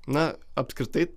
na apskritai